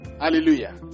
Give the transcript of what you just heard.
Hallelujah